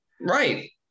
Right